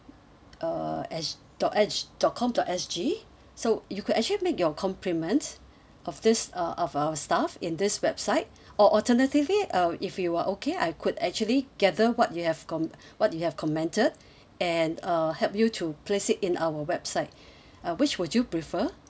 uh s~ dot s~ dot com dot S_G so you could actually make your compliments of this uh of our staff in this website or alternatively uh if you are okay I could actually gather what you have com~ what you have commented and uh help you to place it in our website uh which would you prefer